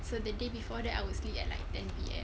so the day before that I would sleep at like ten P_M